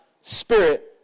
spirit